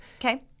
Okay